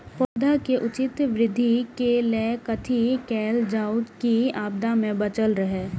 पौधा के उचित वृद्धि के लेल कथि कायल जाओ की आपदा में बचल रहे?